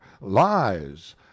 lies